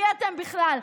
מי אתם בכלל?